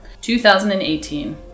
2018